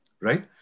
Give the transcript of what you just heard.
Right